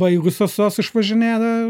baigusios jos išvažinėja